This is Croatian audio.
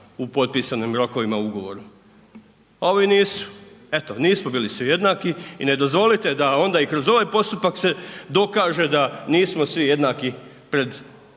u potpisanim rokovima u ugovoru, a ovi nisu. Eto, nismo bili svi jednaki i ne dozvolite da onda i kroz ovaj postupak se dokaže da nismo svi jednaki pred